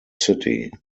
city